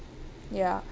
ya